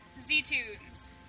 Z-Tunes